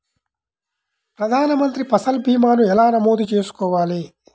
ప్రధాన మంత్రి పసల్ భీమాను ఎలా నమోదు చేసుకోవాలి?